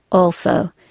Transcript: also,